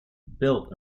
built